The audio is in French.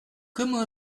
comment